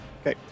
okay